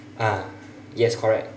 ah yes correct